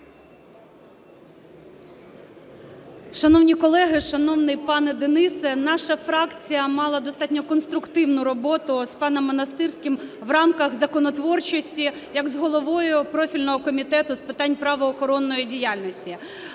Шановні колеги, шановний пане Денисе, наша фракція мала достатньо конструктивну роботу з паном Монастирським в рамках законотворчості як з головою профільного Комітету з питань правоохоронної діяльності.